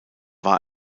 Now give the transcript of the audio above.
war